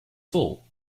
full